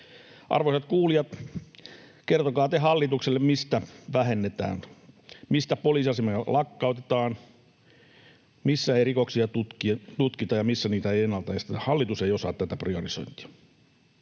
Arvoisat kuulijat, kertokaa te hallitukselle, mistä vähennetään, mistä poliisiasemia lakkautetaan, missä ei rikoksia tutkita ja missä niitä ei ennalta estetä. Hallitus ei osaa tätä prio-risointia.